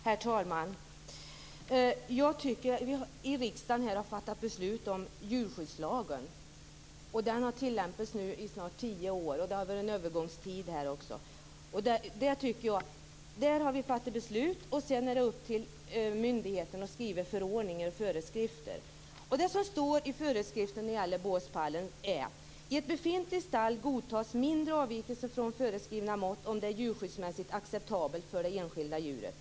Herr talman! Vi har fattat beslut om djurskyddslagen i riksdagen. Den har snart tillämpats i tio år. Det har varit en övergångstid. När vi har fattat beslut är det upp till myndigheterna att skriva förordningar och föreskrifter. Det som står i föreskriften när det gäller båspallen är följande: I ett befintligt stall godtas mindre avvikelser från föreskrivna mått om det är djurskyddsmässigt acceptabelt för det enskilda djuret.